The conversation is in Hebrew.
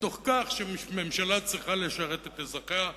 מתוך כך שממשלה צריכה לשרת את אזרחיה,